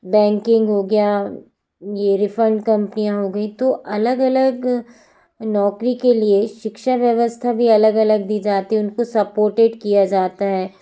banking हो गया ये रिफंड कंपनियाँ हो गईं तो अलग अलग नौकरी के लिए शिक्षा व्यवस्था भी अलग अलग दी जाती है उनको सपोर्टेड किया जाता है